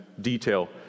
detail